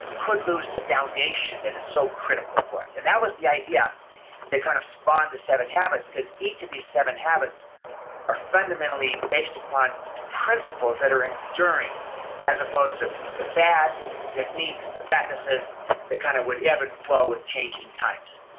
could lose the foundation that is so critical for it. and that was the idea that kind of spawned the seven habits, cause each of these seven habits are fundamentally based upon principles that are enduring as opposed to the fads, the techniques, the practices that kind of would ebb and flow with changing times.